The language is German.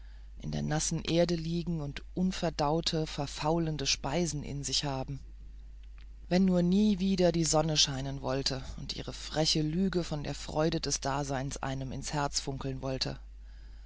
in der nassen erde liegen und unverdaute verfaulende speisen in sich zu haben wenn nur nie wieder die sonne scheinen wollte und ihre freche lüge von der freude des daseins einem ins herz funkeln wollte